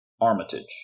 Armitage